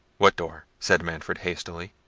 what door? said manfred hastily.